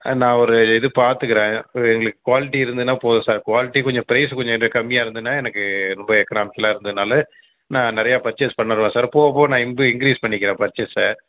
ஆ நான் ஒரு இது பார்த்துக்கிறேன் ஒரு எங்களுக்கு குவாலிட்டி இருந்ததுனா போதும் சார் குவாலிட்டி கொஞ்சம் பிரைஸ் கொஞ்சம் கம்மியாக இருந்ததுனா எனக்கு ரொம்ப எக்கனாமிக்கலாக இருந்ததுனாலே நான் நிறையா பர்ச்சேஸ் பண்ணுவேன் சார் போக போக நான் இன்க்ரீஸ் பண்ணிக்கிறேன் பர்ச்சேஸை